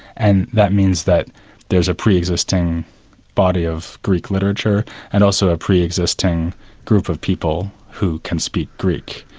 and that means that there's a pre-existing body of greek literature and also a pre-existing group of people who can speak greek.